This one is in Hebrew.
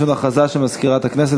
יש לנו הכרזה של מזכירת הכנסת.